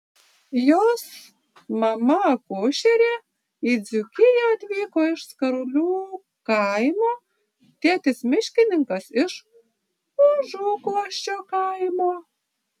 jos mama akušerė į dzūkiją atvyko iš skarulių kaimo tėtis miškininkas iš užuguosčio kaimo